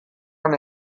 han